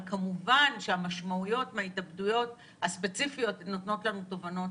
אבל כמובן שהמשמעויות מההתאבדויות הספציפיות נותנות לנו תובנות